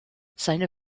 seine